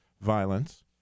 violence